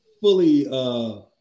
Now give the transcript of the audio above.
fully